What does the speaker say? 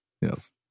Yes